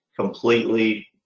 completely